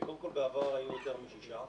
קודם כול, בעבר היו יותר משישה.